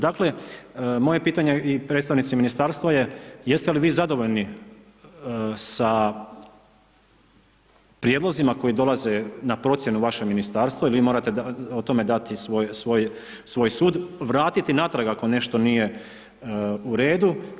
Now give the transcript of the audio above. Dakle moje pitanje i predstavnici ministarstava je jeste li vi zadovoljni sa prijedlozima koji dolaze na procjenu u vaše ministarstvo i vi morate o tome dati svoj sud, vratiti natrag ako nešto nije u redu?